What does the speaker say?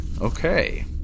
Okay